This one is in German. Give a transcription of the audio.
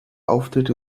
auftritt